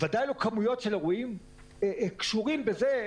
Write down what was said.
ודאי לא כמויות של אירועים שקשורים בזה,